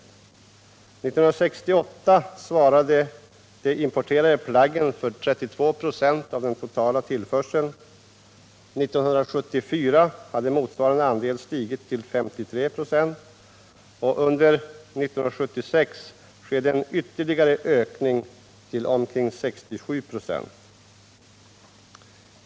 1968 svarade de importerade plaggen för 32 96 av den totala tillförseln. 1974 hade motsvarande andel stigit till 53 96. Under 1976 skedde en ytterligare ökning till 67 96.